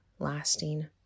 lasting